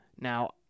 Now